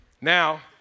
Now